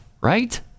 right